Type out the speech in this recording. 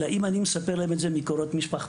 אלא אם אני מספר להם את זה מקורות משפחתי.